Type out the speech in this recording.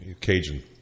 Cajun